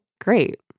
great